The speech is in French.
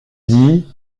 dit